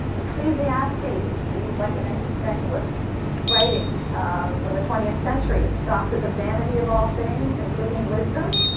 ecclesiastes reads like an existentialist writing from the twentieth century. it scoffs at the vanity of all things, including wisdom,